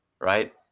right